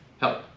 help